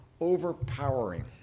overpowering